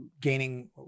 gaining